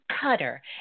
Cutter